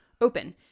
open